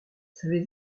savez